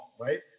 Right